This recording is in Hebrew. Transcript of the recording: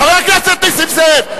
חבר הכנסת נסים זאב.